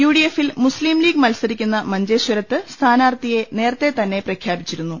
U ഡി എഫിൽ മുസ്ലിം ലീഗ് മത്സരിക്കുന്ന മഞ്ചേശ്വരത്ത് സ്ഥാനാർത്ഥിയെ നേരത്തെ തന്നെ പ്രഖ്യാ പിച്ചിരുന്നു